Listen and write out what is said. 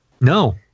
No